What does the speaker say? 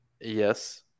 Yes